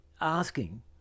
asking